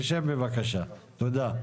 תשב בבקשה, תודה.